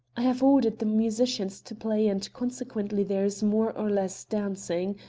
i have ordered the musicians to play, and consequently there is more or less dancing.